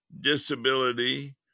disability